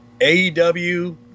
AEW